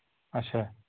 اَچھا